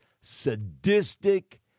sadistic